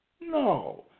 No